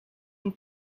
een